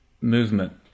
movement